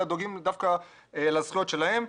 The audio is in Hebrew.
אלא דואגים דווקא לזכויות שלהם.